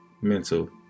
mental